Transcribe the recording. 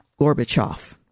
Gorbachev